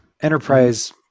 enterprise